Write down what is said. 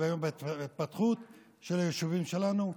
שוויון בהתפתחות של היישובים שלנו.